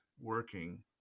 working